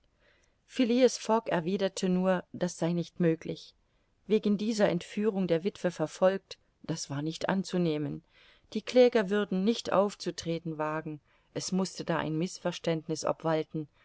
fogg erwiderte nur das sei nicht möglich wegen dieser entführung der witwe verfolgt das war nicht anzunehmen die kläger würden nicht aufzutreten wagen es mußte da ein mißverständniß obwalten